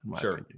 Sure